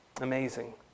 Amazing